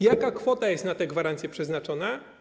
Jaka kwota jest na te gwarancje przeznaczona?